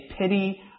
pity